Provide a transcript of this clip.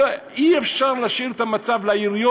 אי-אפשר להשאיר את המצב לעיריות.